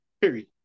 Period